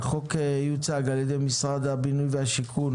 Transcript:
החוק יוצג על ידי משרד הבינוי והשיכון